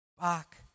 back